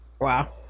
Wow